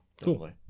Cool